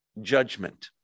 judgment